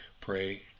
Pray